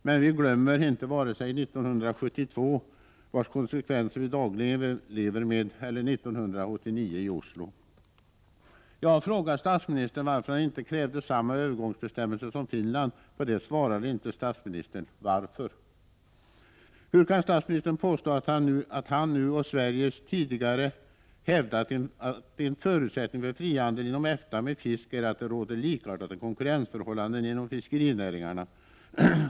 Men vi glömmer inte vare sig 1972, vars konsekvenser vi dagligen lever med, eller 1989 i Oslo. Jag har frågat statsministern varför han inte krävde samma övergångsbestämmelser som Finlands statsminister krävde. På det svarar inte statsministern. Varför? Hur kan statsministern påstå att han nu, och Sverige tidigare, hävdat att en förutsättning för frihandel inom EFTA med fisk är att det råder likartade konkurrensförhållanden inom fiskerinäringarna?